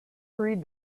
read